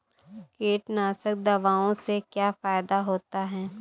कीटनाशक दवाओं से क्या फायदा होता है?